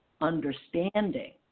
understanding